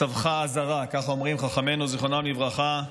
צווחה עֲזָרָה", כך אומרים חכמינו זיכרונם לברכה.